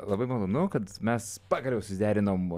labai malonu kad mes pagaliau suderinom